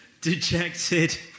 dejected